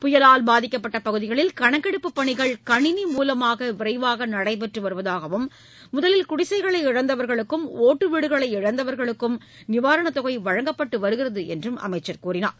புயலால் பாதிக்கப்பட்ட பகுதிகளில் கணக்கெடுப்புப் பணிகள் கணினி மூலமாக விரைவாக நடைபெற்று வருவதாகவும் முதலில் குடிசைகளை இழந்தவர்களுக்கும் ஓட்டு வீடுகளை இழந்தவர்களுக்கும் நிவாரணத் தொகை வழங்கப்பட்டு வருகிறது என்றார்